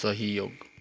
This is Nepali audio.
सहयोग